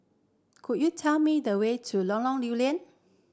could you tell me the way to Lorong Lew Lian